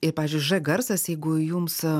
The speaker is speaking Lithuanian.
ir pavyzdžiui ž garsas jeigu jums